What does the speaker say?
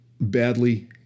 badly